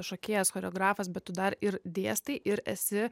šokėjas choreografas bet tu dar ir dėstai ir esi